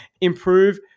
improve